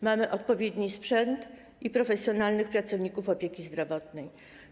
Mamy odpowiedni sprzęt i profesjonalnych pracowników opieki zdrowotnej.